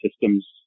systems